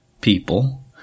people